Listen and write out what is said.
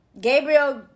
Gabriel